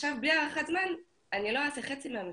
עכשיו בלי הארכת זמן אני לא אעשה חצי מהמבחן.